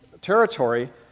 territory